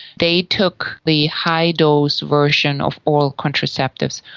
they took the high dose version of oral contraceptives.